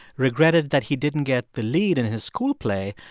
regretted that he didn't get the lead in his school play,